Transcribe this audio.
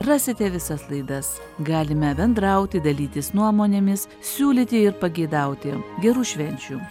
rasite visas laidas galime bendrauti dalytis nuomonėmis siūlyti ir pageidauti gerų švenčių